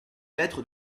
lettres